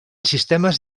sistemes